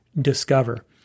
discover